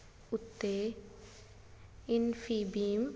ਉੱਤੇ ਇਨਫੀਬੀਮ